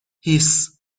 هیس